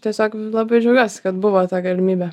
tiesiog labai džiaugiuosi kad buvo ta galimybė